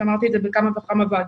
אמרתי את זה בכמה וכמה ועדות.